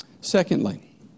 Secondly